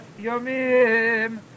Yomim